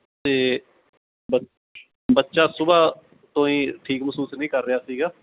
ਅਤੇ ਬ ਬੱਚਾ ਸੁਬਾਹ ਤੋਂ ਹੀ ਠੀਕ ਮਹਿਸੂਸ ਨਹੀਂ ਕਰ ਰਿਹਾ ਸੀਗਾ